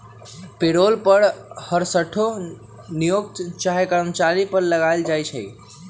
payroll कर हरसठ्ठो नियोक्ता चाहे कर्मचारी पर लगायल जाइ छइ